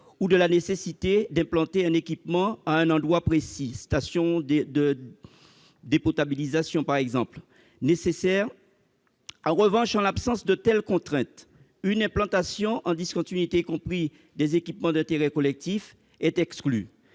-ou de la nécessité d'implanter un équipement, par exemple une station de potabilisation, à un endroit précis. En revanche, en l'absence de telles contraintes, une implantation en discontinuité, y compris pour des équipements d'intérêt collectif, est exclue.